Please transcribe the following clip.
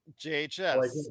JHS